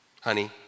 honey